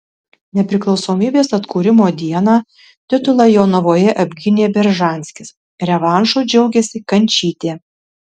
nepriklausomybės atkūrimo dieną titulą jonavoje apgynė beržanskis revanšu džiaugėsi kančytė